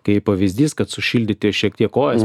kaip pavyzdys kad sušildyti šiek tiek kojas